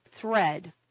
thread